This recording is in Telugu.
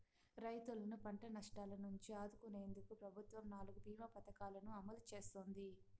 రైతులను పంట నష్టాల నుంచి ఆదుకునేందుకు ప్రభుత్వం నాలుగు భీమ పథకాలను అమలు చేస్తోంది